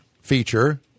feature